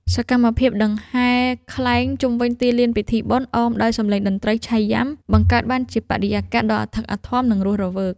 សកម្មភាពដង្ហែខ្លែងជុំវិញទីលានពិធីបុណ្យ អមដោយសម្លេងតន្ត្រីឆៃយាំ បង្កើតបានជាបរិយាកាសដ៏អធិកអធម និងរស់រវើក។